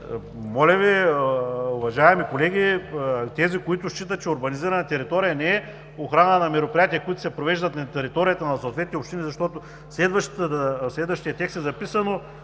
Моля Ви, уважаеми колеги, тези, които считат, че урбанизирана територия не е охрана на мероприятия, които се провеждат на територията на съответните общини, защото в следващия текст е записано: